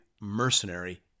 mercenary